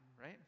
right